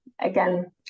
again